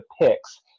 picks